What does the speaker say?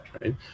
right